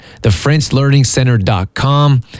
thefrenchlearningcenter.com